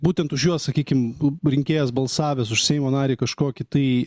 būtent už juos sakykim nu rinkėjas balsavęs už seimo narį kažkokį tai